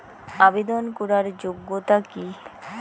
আবেদন করার যোগ্যতা কি?